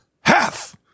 Half